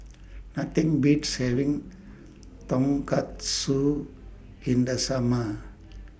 Nothing Beats having Tonkatsu in The Summer